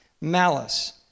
malice